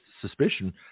suspicion